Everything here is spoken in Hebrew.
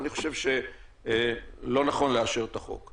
אני חושב שלא נכון לאשר את החוק.